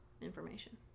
information